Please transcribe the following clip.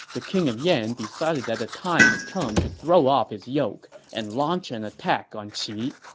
the king of yan decided that the time had come to throw off his yoke and launch an attack on qi